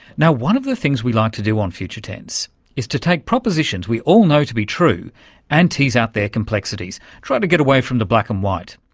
one of the things we like to do on future tense is to take propositions we all know to be true and tease out their complexities, try to get away from the black and white.